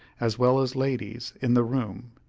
as well as ladies, in the room,